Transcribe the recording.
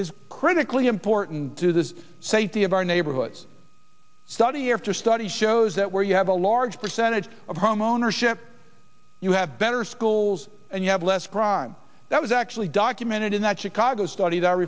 is critically important to the safety of our neighborhoods study after study shows that where you have a large percentage of homeownership you have better schools and you have less crime that was actually documented in that chicago study that